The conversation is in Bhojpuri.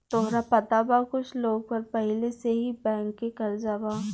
तोहरा पता बा कुछ लोग पर पहिले से ही बैंक के कर्जा बा